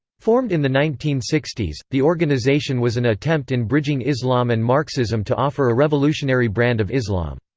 formed in the nineteen sixty s, the organization was an attempt in bridging islam and marxism to offer a revolutionary brand of islam.